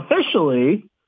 Officially